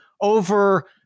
over